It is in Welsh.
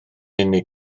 unig